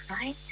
right